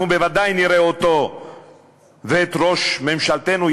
אנחנו בוודאי נראה אותו ואת ראש ממשלתנו,